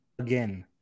Again